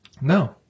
No